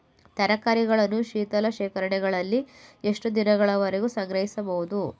ತರಕಾರಿಗಳನ್ನು ಶೀತಲ ಶೇಖರಣೆಗಳಲ್ಲಿ ಎಷ್ಟು ದಿನಗಳವರೆಗೆ ಸಂಗ್ರಹಿಸಬಹುದು?